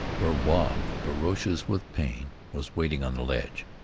where wahb, ferocious with pain, was waiting on the ledge.